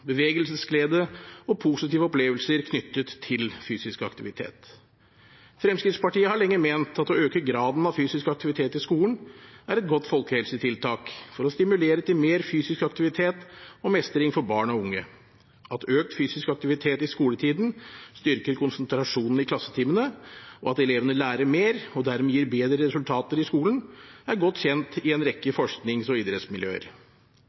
bevegelsesglede og positive opplevelser knyttet til fysisk aktivitet. Fremskrittspartiet har lenge ment at å øke graden av fysisk aktivitet i skolen er et godt folkehelsetiltak for å stimulere til mer fysisk aktivitet og mestring for barn og unge. At økt fysisk aktivitet i skoletiden styrker konsentrasjonen i klassetimene, og at elevene lærer mer og dermed oppnår bedre resultater i skolen, er godt kjent i en rekke forsknings- og idrettsmiljøer.